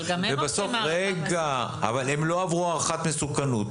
אבל גם הם --- אבל הם לא עברו הערכת מסוכנות.